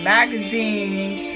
magazines